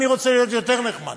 אני רוצה להיות יותר נחמד,